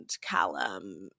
Callum